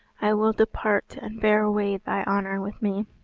i will depart and bear away thy honour with me.